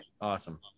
awesome